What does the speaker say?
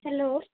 hello